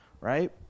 right